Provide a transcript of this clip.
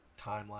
timeline